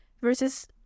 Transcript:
versus